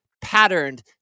patterned